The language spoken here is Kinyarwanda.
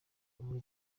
muri